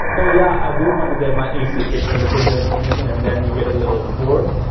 oh yeah, i do want to get my ac fixed, and they put their information and then you get a little form,